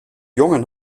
jongen